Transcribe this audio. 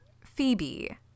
Phoebe